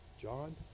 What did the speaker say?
John